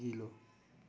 अघिल्लो